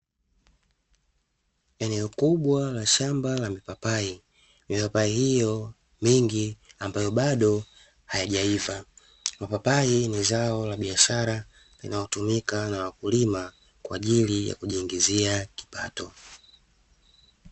Eneo kubwa la shamba la mipapai, mipapai hiyo mingi ambayo bado hayajaiva. Mapapai ni zao la biashara linalotumika na wakulima kwa ajili ya kujiingizia kipato.